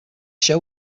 show